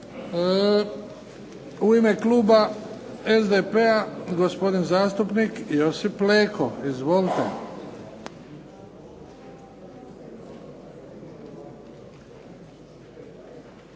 U ime kluba SDP-a, gospodin zastupnik Josip Leko. Izvolite.